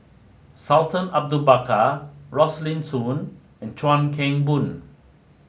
Sultan Abu Bakar Rosaline Soon and Chuan Keng Boon